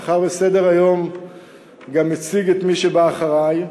מאחר שסדר-היום גם מציג את מי שבא אחרי,